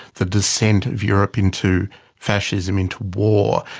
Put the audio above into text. the descent of europe into fascism, into war.